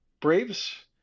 Braves